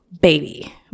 baby